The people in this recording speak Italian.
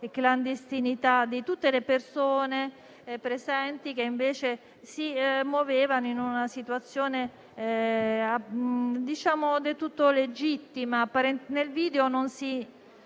e clandestinità di tutte le persone presenti, che invece si muovevano in una situazione del tutto legittima. Nel video non si